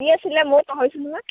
কি আছিল ময়ো পাহৰিছোঁ নহয়